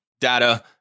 data